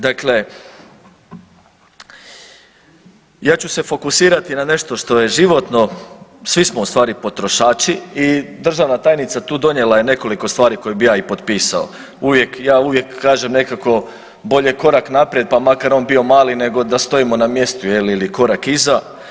Dakle, ja ću se fokusirati na nešto što je životno, svi smo ustvari potrošači i državna tajnica tu donijela je nekoliko stvari koje bi ja i potpisao, uvijek, ja uvijek kažem nekako bolje korak naprijed, pa makar on bio mali nego da stojimo na mjestu, je li, ili korak iza.